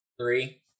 Three